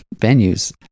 venues